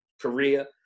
Korea